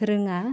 रोङा